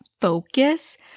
focus